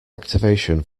activation